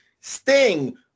Sting